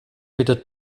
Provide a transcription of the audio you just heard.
wieder